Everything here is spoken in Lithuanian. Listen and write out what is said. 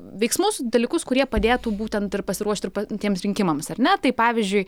veiksmus dalykus kurie padėtų būtent ir pasiruošti patiems rinkimams ar ne tai pavyzdžiui